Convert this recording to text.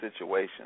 situation